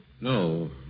No